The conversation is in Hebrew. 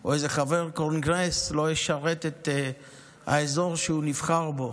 או איזה חבר קונגרס לא ישרת את האזור שהוא נבחר בו.